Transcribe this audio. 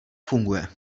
funguje